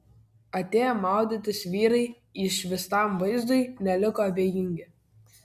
atėję maudytis vyrai išvystam vaizdui nelikdavo abejingi